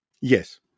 Yes